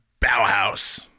Bauhaus